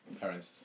parents